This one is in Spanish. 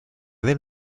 del